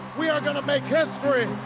we are going to make history!